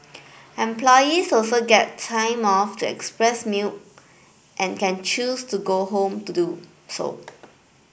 employees also get time off to express milk and can choose to go home to do so